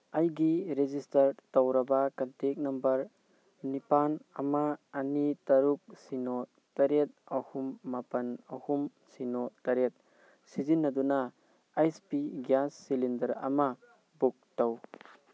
ꯑꯩꯒꯤ ꯔꯦꯖꯤꯁꯇꯔꯠ ꯇꯧꯔꯕ contact number ꯅꯤꯄꯥꯜ ꯑꯃ ꯑꯅꯤ ꯇꯔꯨꯛ ꯁꯤꯅꯣ ꯇꯔꯦꯠ ꯑꯍꯨꯝ ꯃꯥꯄꯜ ꯑꯍꯨꯝ ꯁꯤꯅꯣ ꯇꯔꯦꯠ ꯁꯤꯖꯤꯟꯅꯗꯨꯅ ꯑꯩꯁ ꯄꯤ ꯒ꯭ꯌꯥꯁ ꯁꯤꯂꯤꯟꯗꯔ ꯑꯃ ꯕꯨꯛ ꯇꯧ